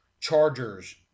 Chargers